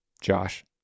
Josh